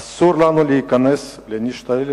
אסור לנו להיכנס לנישות האלה,